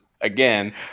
again